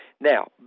Now